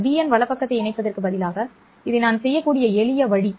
இந்த பிஎன் வலப்பக்கத்தை இணைப்பதற்கு பதிலாக இதை நான் செய்யக்கூடிய எளிய வழி